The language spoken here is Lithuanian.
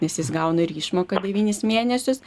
nes jis gauna ir išmoką devynis mėnesius